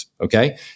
Okay